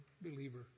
believer